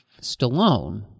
Stallone